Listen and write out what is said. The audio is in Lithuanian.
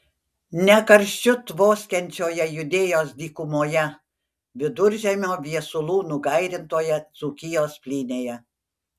ne karščiu tvoskiančioje judėjos dykumoje viduržiemio viesulų nugairintoje dzūkijos plynėje